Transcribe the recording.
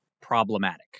problematic